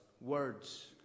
words